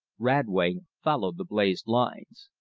radway followed the blazed lines.